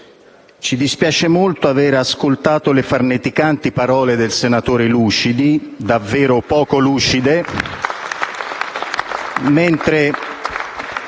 Ci dispiace molto aver ascoltato le farneticanti parole del senatore Lucidi, davvero poco lucide